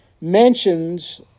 mentions